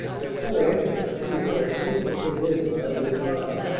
i'm so anxious to see if they'll taste as they did when i was a child.